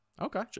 Okay